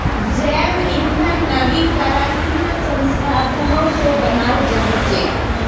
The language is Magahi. जैव ईंधन नवीकरणीय संसाधनों से बनाल हचेक